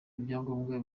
ibyangombwa